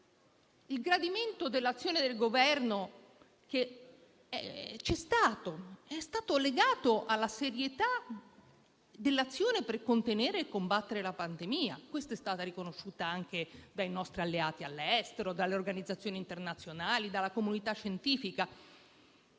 Il gradimento dell'azione del Governo c'è stato ed è stato legato alla serietà dell'azione per contenere e combattere la pandemia - che è stata riconosciuta anche dai nostri alleati all'estero, dalle organizzazioni internazionali, dalla comunità scientifica